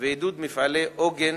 ועידוד מפעלי עוגן